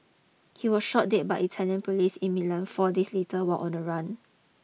he was shot dead by Italian police in Milan four days later while on the run